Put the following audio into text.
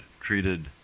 treated